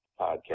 podcast